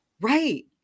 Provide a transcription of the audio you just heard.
Right